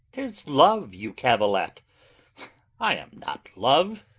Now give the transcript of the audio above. tis love you cavil at i am not love.